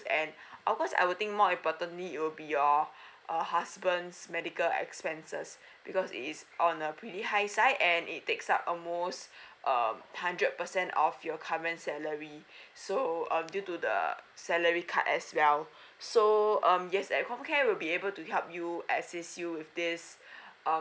and of course I'll think more importantly it will be your err husbands medical expenses because it is on a pretty high side and it takes up almost a hundred percent of your current salary so um due to the salary cut as well so um just at com care will be able to help you assist you with this um